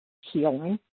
healing